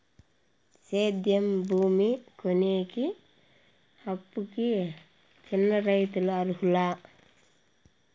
సేద్యం భూమి కొనేకి, అప్పుకి చిన్న రైతులు అర్హులా?